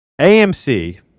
AMC